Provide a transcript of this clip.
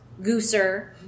gooser